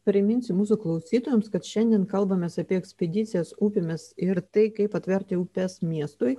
priminsiu mūsų klausytojams kad šiandien kalbamės apie ekspedicijas upėmis ir tai kaip atverti upes miestui